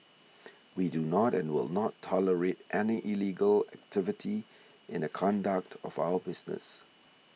we do not and will not tolerate any illegal activity in the conduct of our business